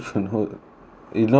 you know